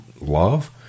love